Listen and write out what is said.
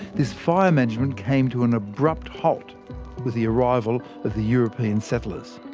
this fire management came to an abrupt halt with the arrival of the european settlers.